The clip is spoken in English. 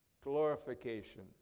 glorification